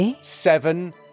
Seven